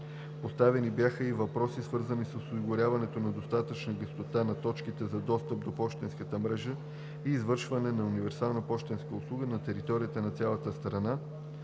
Поставени бяха и въпроси, свързани с осигуряването на достатъчна гъстота на точките за достъп до пощенската мрежа и извършване на УПУ на територията на цялата страна